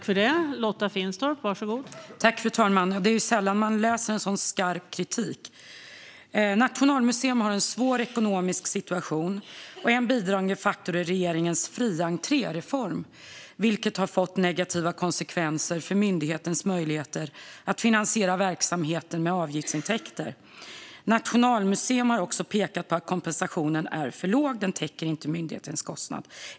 Fru talman! Det är sällan man läser en sådan skarp kritik. Nationalmuseum har en svår ekonomisk situation. En bidragande faktor är regeringens fri-entré-reform, som har fått negativa konsekvenser för myndighetens möjligheter att finansiera verksamheten med avgiftsintäkter. Nationalmuseum har också pekat på att kompensationen är för låg. Den täcker inte myndighetens kostnad.